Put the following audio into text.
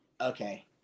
okay